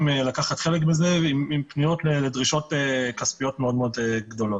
לקחת חלק בזה עם פניות לדרישות כספיות מאוד מאוד גדולות.